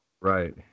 Right